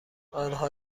آنها